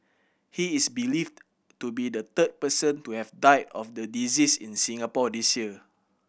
he is believed to be the third person to have died of the disease in Singapore this year